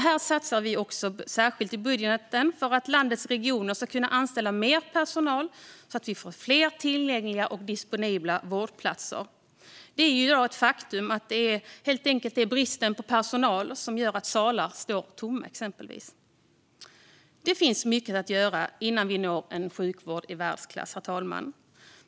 Vi satsar särskilt i budgeten för att landets regioner ska kunna anställa mer personal, så att vi får fler tillgängliga och disponibla vårdplatser. Det är i dag ett faktum att det helt enkelt är bristen på personal som exempelvis gör att salar står tomma. Det finns mycket att göra innan vi når en sjukvård i världsklass, herr talman.